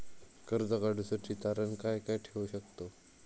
कर्ज काढूसाठी तारण काय काय ठेवू शकतव?